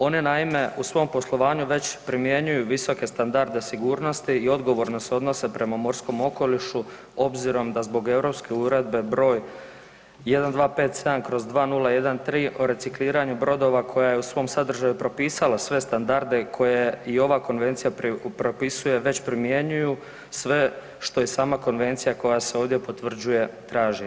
Oni naime u svom poslovanju već primjenjuju visoke standarde sigurnosti i odgovorno se odnose prema morskom okolišu obzirom da zbog Europske uredbe broj 1257/2013 o recikliranju brodova koja je u svom sadržaju propisala sve standarde koja i ova konvencija propisuje već primjenjuju što i sama konvencija koja se ovdje potvrđuje traži.